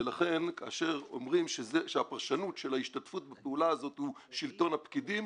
ולכן כאשר אומרים שהפרשנות של ההשתתפות בפעולה הזאת הוא שלטון הפקידים,